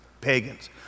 Pagans